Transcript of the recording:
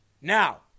Now